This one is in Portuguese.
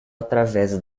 através